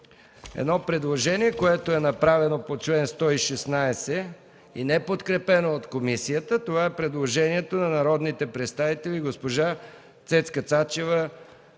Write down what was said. едно предложение, което е направено по чл. 116 и е неподкрепено от комисията. Това е предложението на народния представител Цецка Цачева